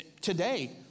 today